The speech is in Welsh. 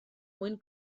mwyn